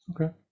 okay